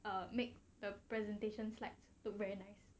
err make the presentation slides look very nice